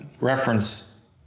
reference